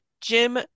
Jim